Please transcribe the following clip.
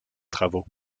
travaux